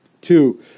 Two